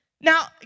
Now